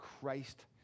Christ